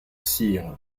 sire